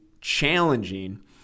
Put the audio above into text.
challenging